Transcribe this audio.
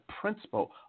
principle